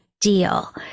deal